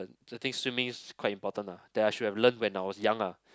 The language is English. i think swimming is quite important lah that I should have learnt when I was young ah